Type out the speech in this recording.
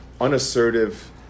unassertive